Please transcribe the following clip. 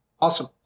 awesome